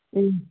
ꯎꯝ